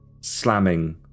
slamming